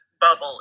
bubble